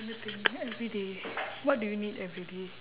let me think every day what do you need every day